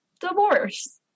divorce